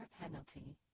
penalty